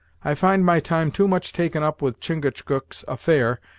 i find my time too much taken up with chingachgook's affair,